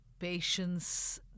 patience